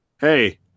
hey